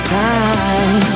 time